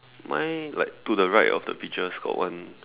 mine like to the right of the peaches got one